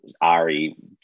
Ari